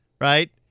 right